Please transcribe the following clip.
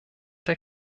der